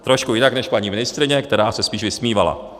Trošku jinak než paní ministryně, která se spíš vysmívala.